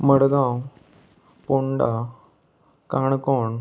Madgaon Ponda Canacona